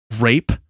rape